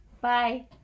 Bye